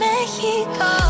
Mexico